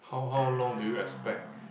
how how long do you expect